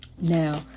Now